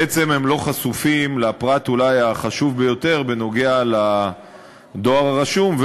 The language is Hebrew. בעצם הם לא חשופים לפרט החשוב ביותר אולי בנוגע לדואר הרשום,